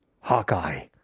Hawkeye